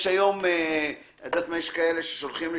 יש כאלה ששולחים לי: